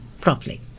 properly